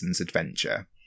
adventure